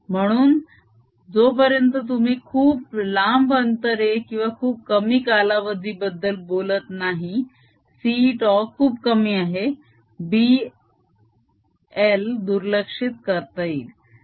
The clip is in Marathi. म्हणून जोपर्यंत तुम्ही खूप लंब अंतरे किंवा खूप कमी कालावधी बद्दल बोलत नाही c τ खूप कमी आहे B l दुर्लक्षित करता येईल